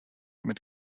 mit